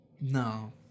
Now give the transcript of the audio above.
No